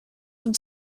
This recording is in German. zum